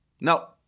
No